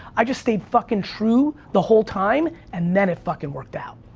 i just stayed fuckin' true the whole time, and then, it fuckin' worked out.